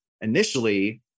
initially